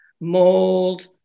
mold